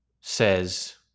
says